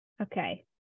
Okay